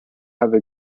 have